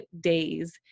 days